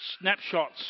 snapshots